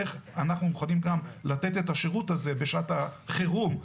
איך אנחנו יכולים לתת את השירות הזה בשעת חירום.